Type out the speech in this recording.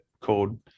called